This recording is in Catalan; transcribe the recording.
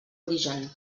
origen